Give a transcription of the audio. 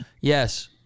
Yes